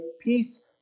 peace